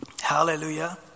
Hallelujah